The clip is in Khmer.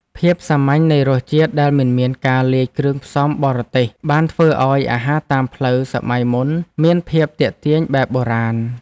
ភាពសាមញ្ញនៃរសជាតិដែលមិនមានការលាយគ្រឿងផ្សំបរទេសបានធ្វើឱ្យអាហារតាមផ្លូវសម័យមុនមានភាពទាក់ទាញបែបបុរាណ។